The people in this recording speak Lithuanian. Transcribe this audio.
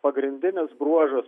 pagrindinis bruožas